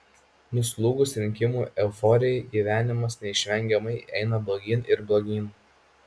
nuslūgus rinkimų euforijai gyvenimas neišvengiamai eina blogyn ir blogyn